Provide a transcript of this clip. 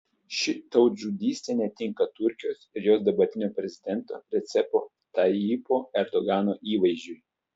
ši tautžudystė netinka turkijos ir jos dabartinio prezidento recepo tayyipo erdogano įvaizdžiui